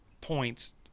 points